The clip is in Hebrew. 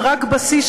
מדרג בסיס,